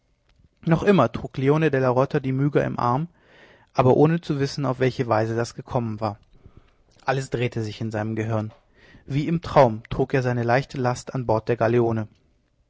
noch immer trug leone della rota die myga im arm aber ohne zu wissen auf welche weise das gekommen war alles drehte sich in seinem gehirn wie im traum trug er seine leichte last an bord der